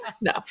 No